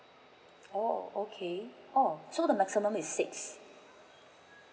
oh okay orh so the maximum is six